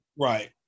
Right